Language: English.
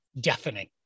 deafening